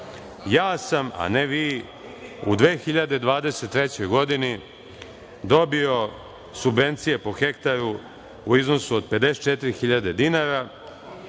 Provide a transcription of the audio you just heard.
Ja sam, a ne vi, u 2023. godini dobio subvencije po hektaru u iznosu od 54.000 dinara.